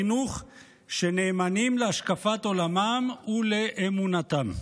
חינוך שנאמנים להשקפת עולמם ולאמונתם.